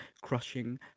crushing